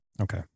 okay